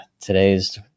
today's